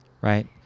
right